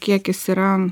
kiekis yra